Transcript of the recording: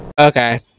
okay